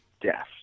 death